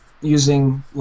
using